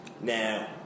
Now